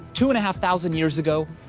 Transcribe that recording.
two and a half thousand years ago,